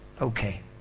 okay